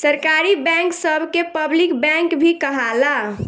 सरकारी बैंक सभ के पब्लिक बैंक भी कहाला